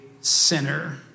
sinner